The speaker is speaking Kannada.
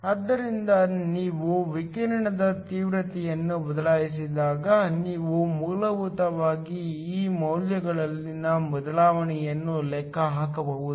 ಆದ್ದರಿಂದ ನೀವು ವಿಕಿರಣದ ತೀವ್ರತೆಯನ್ನು ಬದಲಾಯಿಸಿದಾಗ ನೀವು ಮೂಲಭೂತವಾಗಿ ಈ ಮೌಲ್ಯಗಳಲ್ಲಿನ ಬದಲಾವಣೆಯನ್ನು ಲೆಕ್ಕ ಹಾಕಬಹುದು